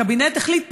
הקבינט החליט,